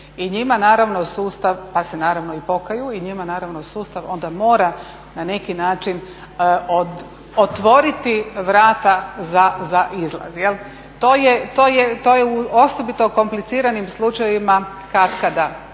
i njima naravno sustav, pa se naravno i pokaju, i njima naravno sustav mora na neki način otvoriti vrata za izlaz. To je u osobito kompliciranim slučajevima katkada